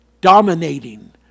dominating